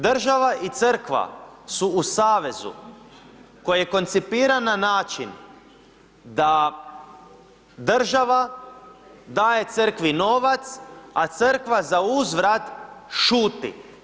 Država i Crkva su u savezu koji je koncipiran na način da država da je Crkvi novac a Crkva zauzvrat šuti.